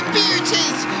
beauties